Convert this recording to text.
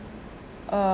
um